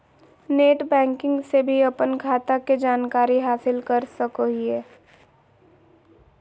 net banking से भी अपन खाता के जानकारी हासिल कर सकोहिये